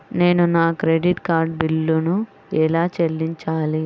నేను నా credit card బిల్లును ఎలా చెల్లించాలీ?